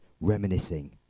reminiscing